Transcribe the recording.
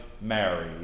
Mary